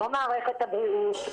לא מערכת הבריאות,